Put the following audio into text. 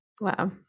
Wow